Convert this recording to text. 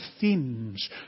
themes